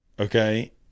Okay